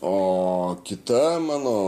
o kita mano